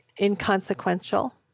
inconsequential